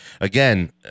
again